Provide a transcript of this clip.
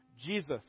Jesus